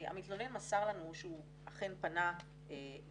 המתלונן מסר לנו שהוא אכן פנה גם